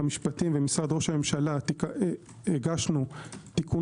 המשפטים ומשרד ראש הממשלה הגשנו תיקון